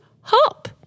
hop